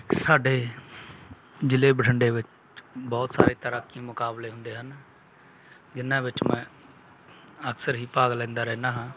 ਸਾਡੇ ਜ਼ਿਲ੍ਹੇ ਬਠਿੰਡੇ ਵਿੱਚ ਬਹੁਤ ਸਾਰੇ ਤੈਰਾਕੀ ਮੁਕਾਬਲੇ ਹੁੰਦੇ ਹਨ ਜਿਹਨਾਂ ਵਿੱਚ ਮੈਂ ਅਕਸਰ ਹੀ ਭਾਗ ਲੈਂਦਾ ਰਹਿੰਦਾ ਹਾਂ